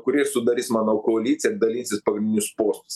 kurie sudarys manau koaliciją ir dalinsis pagrindinius postus